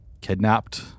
kidnapped